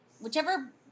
whichever